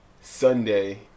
Sunday